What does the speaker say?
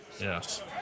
yes